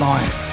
Life